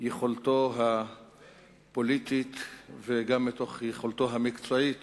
יכולתו הפוליטית וגם מתוך יכולתו המקצועית